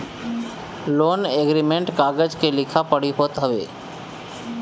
loan agreement कागज के लिखा पढ़ी होत हवे